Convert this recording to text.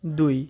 দুই